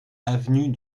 avenue